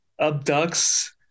abducts